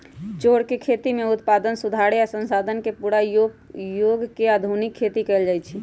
चौर के खेती में उत्पादन सुधारे आ संसाधन के पुरा उपयोग क के आधुनिक खेती कएल जाए छै